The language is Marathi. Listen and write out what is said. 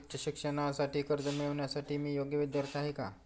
उच्च शिक्षणासाठी कर्ज मिळविण्यासाठी मी योग्य विद्यार्थी आहे का?